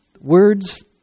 Words